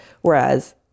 whereas